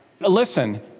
Listen